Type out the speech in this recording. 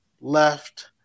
left